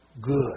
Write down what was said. good